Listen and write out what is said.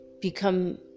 become